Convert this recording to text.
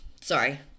Sorry